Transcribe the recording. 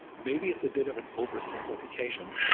maybe it's a bit of an oversimplification,